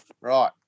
right